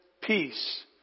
peace